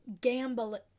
gambling